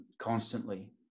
constantly